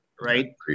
right